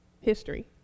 history